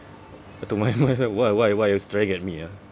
to my mind it's like why why why you're staring at me ah